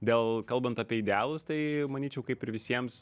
dėl kalbant apie idealus tai manyčiau kaip ir visiems